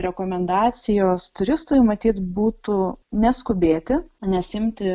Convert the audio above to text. rekomendacijos turistui matyt būtų neskubėti nesiimti